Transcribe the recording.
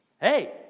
Hey